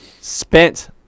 spent